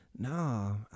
no